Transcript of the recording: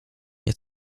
jest